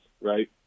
right